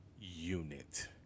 unit